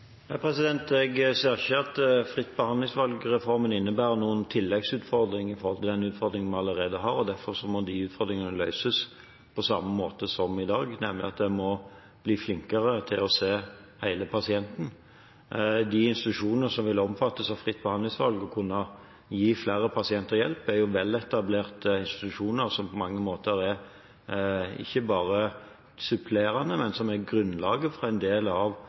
Jeg ser ikke at fritt behandlingsvalg-reformen innebærer noen tilleggsutfordringer i tillegg til den utfordringen vi allerede har. Derfor må de utfordringene løses på samme måte som i dag, nemlig ved at en må bli flinkere til å se hele pasienten. De institusjoner som vil omfattes av fritt behandlingsvalg og kunne gi flere pasienter hjelp, er veletablerte institusjoner som på mange måter ikke bare er supplerende, men som er grunnlaget for en del av